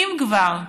אם כבר,